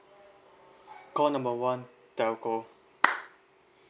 call number one telco